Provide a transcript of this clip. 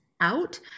out